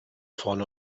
vorne